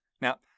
Now